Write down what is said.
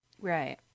Right